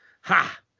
ha